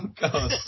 God